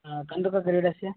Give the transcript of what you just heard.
कन्दुक क्रीडस्य